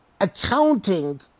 accounting